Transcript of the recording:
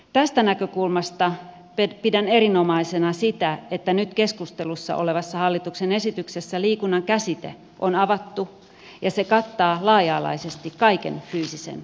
tästä näkökulmasta pidän erinomaisena sitä että nyt keskustelussa olevassa hallituksen esityksessä liikunnan käsite on avattu ja se kattaa laaja alaisesti kaiken fyysisen aktiivisuuden